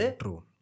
true